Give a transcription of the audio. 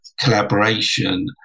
collaboration